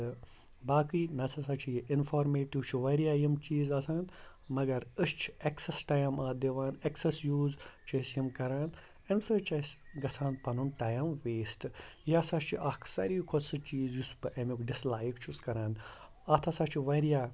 تہٕ باقٕے نَہ سا سا چھُ یہِ اِنفارمیٹِو چھِ واریاہ یِم چیٖز آسان مگر أسۍ چھِ اٮ۪کسَس ٹایم اَتھ دِوان اٮ۪کسَس یوٗز چھِ أسۍ یِم کَران اَمہِ سۭتۍ چھُ اَسہِ گژھان پَنُن ٹایم ویسٹ یہِ ہَسا چھِ اَکھ ساروی کھۄتہٕ سُہ چیٖز یُس بہٕ اَمیُک ڈِسلایک چھُس کَران اَتھ ہَسا چھُ واریاہ